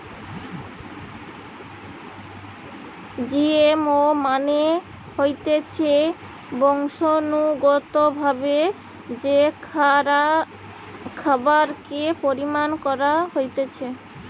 GMO মানে হতিছে বংশানুগতভাবে যে খাবারকে পরিণত করা হতিছে